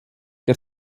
der